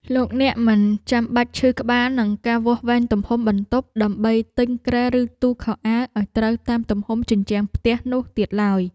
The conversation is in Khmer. លោកអ្នកមិនបាច់ឈឺក្បាលនឹងការវាស់វែងទំហំបន្ទប់ដើម្បីទិញគ្រែឬទូខោអាវឱ្យត្រូវតាមទំហំជញ្ជាំងផ្ទះនោះទៀតឡើយ។